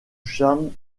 charme